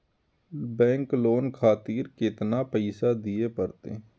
Bank loan खातीर केतना पैसा दीये परतें?